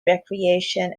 recreation